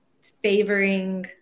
favoring